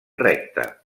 recta